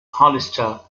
hollister